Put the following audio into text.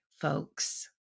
folks